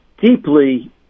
deeply